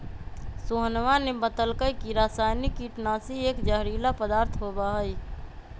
सोहनवा ने बतल कई की रसायनिक कीटनाशी एक जहरीला पदार्थ होबा हई